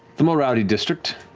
the more rowdy district.